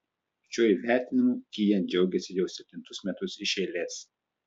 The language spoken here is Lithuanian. šiuo įvertinimu kia džiaugiasi jau septintus metus iš eilės